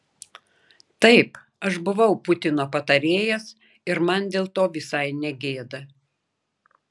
taip aš buvau putino patarėjas ir man dėl to visai ne gėda